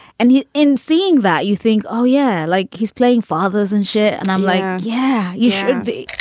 and he in seeing that, you think, oh, yeah, like he's playing fathers and shit and i'm like, yeah, you should be